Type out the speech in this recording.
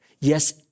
yes